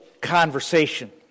conversation